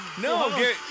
No